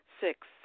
Six